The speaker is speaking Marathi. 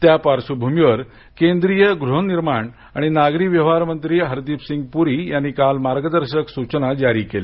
त्या पार्श्वभूमीवर केंद्रीय गृहनिर्माण आणि नागरी व्यवहार मंत्री हरदीप सिंग पुरी यांनी काल मार्गदर्शक सूचना जारी केल्या